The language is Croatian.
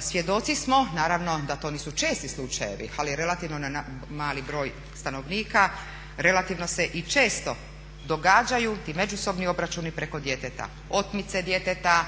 Svjedoci smo da to nisu česti slučajevi, ali relativno mali broj stanovnika relativno se i često događaju ti međusobni obračuni preko djeteta. Otmice djeteta,